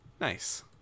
nice